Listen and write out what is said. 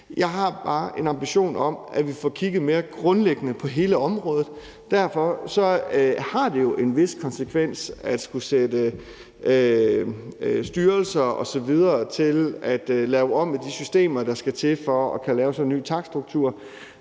Jeg har bare en ambition om, at vi får kigget mere grundlæggende på hele området. Derfor har det jo en vis konsekvens at skulle sætte styrelser osv. til at lave om på de systemer, der skal til for at kunne lave sådan en ny takststruktur